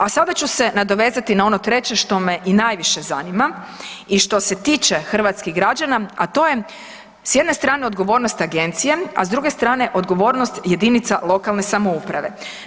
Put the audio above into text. A sada ću se nadovezati na ono treće što me i najviše zanima i što se tiče hrvatskih građana a to je s sjedne strane odgovornost agencije, a s druge strane odgovornost jedinica lokalne samouprave.